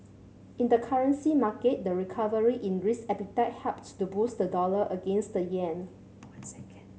in the currency market the recovery in risk appetite helped to boost the dollar against the yen